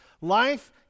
Life